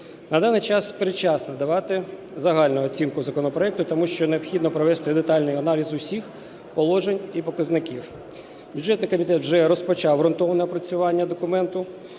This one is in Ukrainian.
На даний час передчасно давати загальну оцінку законопроекту, тому що необхідно провести детальний аналіз усіх положень і показників. Бюджетний комітет вже розпочав ґрунтовне опрацювання документа.